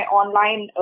online